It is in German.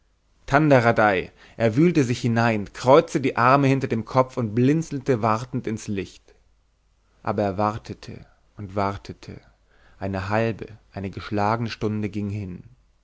tandaradei er wühlte sich hinein kreuzte die arme hinter dem kopf und blinzelte wartend ins licht aber er wartete und wartete eine halbe eine geschlagene stunde ging hin